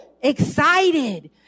excited